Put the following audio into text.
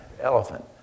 elephant